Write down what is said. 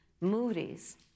Moody's